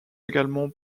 également